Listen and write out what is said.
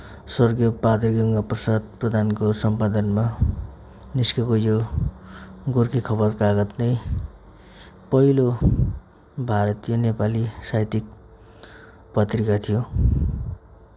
स्वर्गिय पादरी गङ्गा प्रसाद प्रधानको सम्पादनमा निस्किएको यो गोर्खे खबर कागत नै पहिलो भारतीय नेपाली साहित्यक पत्रिका थियो